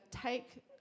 take